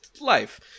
life